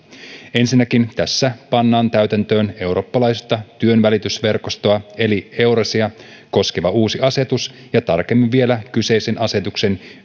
ensinnäkin tässä pannaan täytäntöön eurooppalaista työnvälitysverkostoa eli euresia koskeva uusi asetus ja tarkemmin vielä kyseisen asetuksen